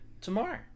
Tomorrow